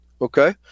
okay